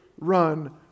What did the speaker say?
run